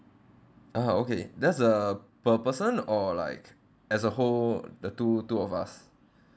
oh okay that's uh per person or like as a whole the two two of us